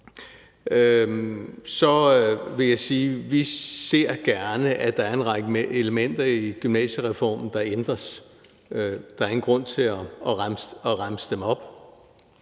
vil jeg sige, at vi gerne ser, at der er en række elementer i gymnasiereformen, der ændres. Der er ingen grund til at remse dem op.